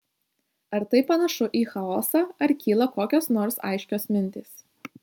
ar tai panašu į chaosą ar kyla kokios nors aiškios mintys